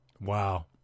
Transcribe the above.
Wow